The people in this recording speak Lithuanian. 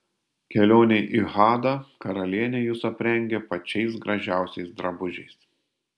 kelionei į hadą karalienė jus aprengė pačiais gražiausiais drabužiais